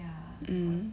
um